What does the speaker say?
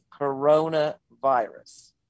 coronavirus